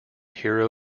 hero